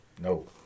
no